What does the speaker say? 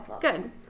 good